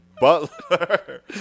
butler